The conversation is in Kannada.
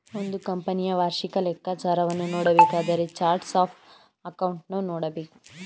ಒಂದು ಕಂಪನಿಯ ವಾರ್ಷಿಕ ಲೆಕ್ಕಾಚಾರವನ್ನು ನೋಡಬೇಕಾದರೆ ಚಾರ್ಟ್ಸ್ ಆಫ್ ಅಕೌಂಟನ್ನು ನೋಡಬೇಕು